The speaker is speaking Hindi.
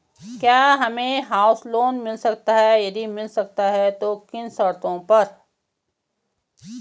क्या हमें हाउस लोन मिल सकता है यदि मिल सकता है तो किन किन शर्तों पर?